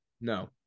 No